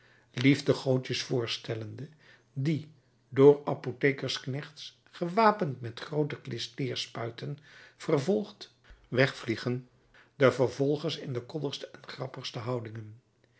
liefdegoodjes voorstellende die door apothekersknechts gewapend met groote klisteerspuiten vervolgd wegvliegen de vervolgers in de koddigste en grappigste houdingen